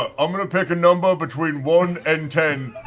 ah i'm going to pick a number between one and ten.